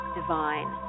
divine